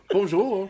Bonjour